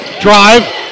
Drive